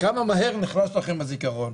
כמה מהר נחלש לכם הזיכרון.